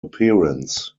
appearance